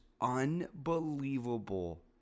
unbelievable